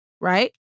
right